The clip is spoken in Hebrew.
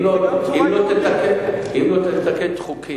אם לא תתקן את החוקים,